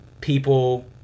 people